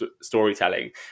storytelling